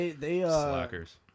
Slackers